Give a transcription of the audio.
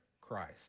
Christ